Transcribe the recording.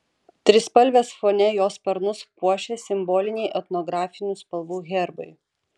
trispalvės fone jo sparnus puošia simboliniai etnografinių spalvų herbai